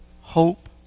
hope